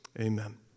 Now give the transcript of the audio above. Amen